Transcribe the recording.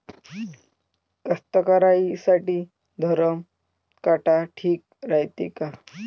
कास्तकाराइसाठी धरम काटा ठीक रायते का?